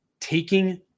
taking